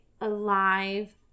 alive